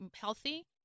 healthy